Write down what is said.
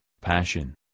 passion